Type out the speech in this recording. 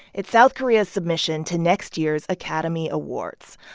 it's south korea's submission to next year's academy awards.